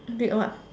did what